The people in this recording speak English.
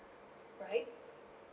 alright